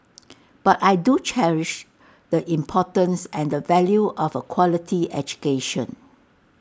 but I do cherish the importance and the value of A quality education